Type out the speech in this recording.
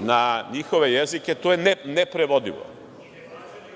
na njihove jezike, to je neprevodivo.